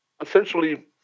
essentially